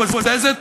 בוזזת,